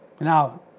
Now